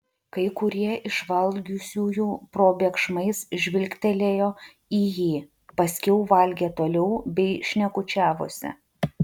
kai kurie iš valgiusiųjų probėgšmais žvilgtelėjo į jį paskiau valgė toliau bei šnekučiavosi